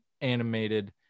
animated